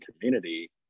community